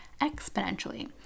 exponentially